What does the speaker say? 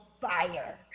fire